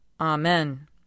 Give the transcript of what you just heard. Amen